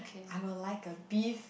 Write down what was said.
I would like a beef